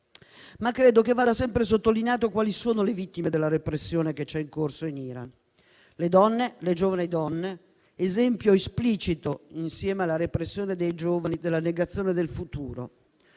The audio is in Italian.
Credo che vada sempre sottolineato quali sono le vittime della repressione che è in corso in Iran: le donne, le giovani donne, esempio esplicito, insieme alla repressione dei giovani, della negazione del futuro;